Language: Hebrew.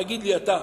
תגיד לי אתה.